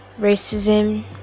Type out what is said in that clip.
racism